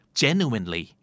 genuinely